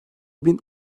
bin